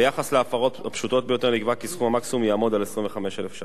ביחס להפרות הפשוטות ביותר נקבע כי סכום המקסימום יעמוד על 25,000 ש"ח.